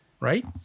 right